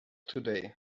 today